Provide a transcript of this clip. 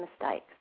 mistakes